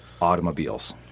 automobiles